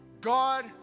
God